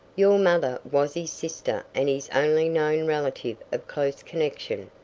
your mother was his sister and his only known relative of close connection.